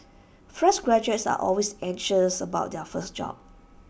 fresh graduates are always anxious about their first job